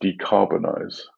decarbonize